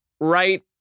right